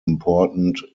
important